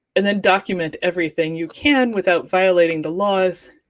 and then document everything you can without violating the laws,